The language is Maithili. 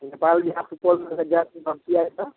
नेपालमे हॉस्पिटलमे छियै तऽ